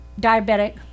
diabetic